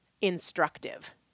instructive